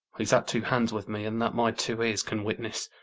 he's at two hands with me, and that my two ears can witness.